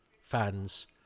fans